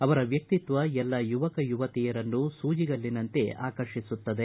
ಅವರ ವ್ಯಕ್ತಿತ್ವ ಎಲ್ಲ ಯುವಕ ಯುವತಿಯರನ್ನು ಸೂಜಿಗಲ್ಲಿನಂತೆ ಆಕರ್ಷಿಸುತ್ತದೆ